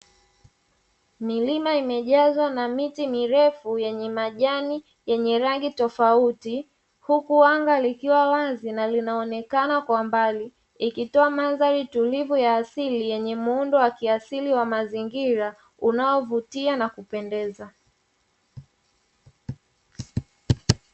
Milima imejazwa na miti mirefu yenye majani yenye rangi tofauti, huku anga likiwa wazi na linaonekana kwa mbali, ikitoa mandhari tulivu ya asili yenye muundo wa kiasili wa mazingira unaovutia na kupendeza.